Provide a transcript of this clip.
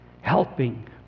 helping